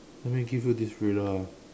let me give you this riddle ah